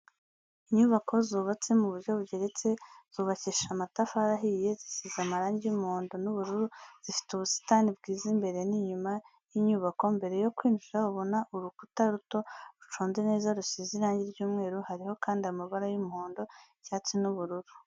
Inyubako zubatse mu buryo bugeretse zubakishije amatafari ahiye zisize amarangi y'umuhondo n'ubururu zifite ubusitani bwiza imbere n'inyuma y'inyubako, mbere yo kwinjira ubona urukuta ruto ruconze neza rusize irangi ry'umweru hariho kandi amabara y'umuhondo icyatsi n'ubururu.